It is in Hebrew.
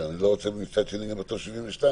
אני לא רוצה מצד שני גם לכתוב 72,